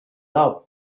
loved